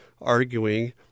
arguing